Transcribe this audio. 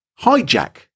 hijack